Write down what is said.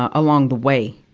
ah along the way.